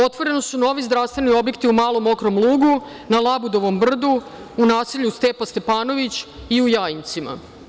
Otvoreni su novi zdravstveni objekti u Malom Mokrom Lugu, na Labudovom brdu, u naselju „Stepa Stepanović“ i u Jajincima.